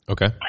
Okay